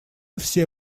все